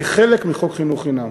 כחלק מחוק חינוך חינם.